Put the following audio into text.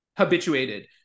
habituated